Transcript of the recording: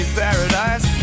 paradise